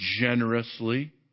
generously